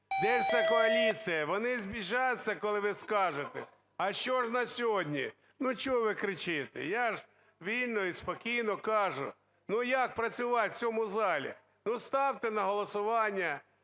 де ж ця коаліція, вони збіжаться, коли ви скажете. А що ж на сьогодні? Ну чого ви ж кричите, я ж вільно і спокійно кажу, ну як працювати в цьому залі? Ну ставте на голосування